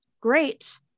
great